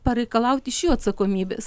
pareikalauti iš jų atsakomybės